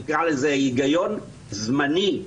נקרא לזה "היגיון זמני",